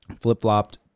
flip-flopped